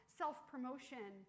self-promotion